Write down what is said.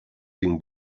tic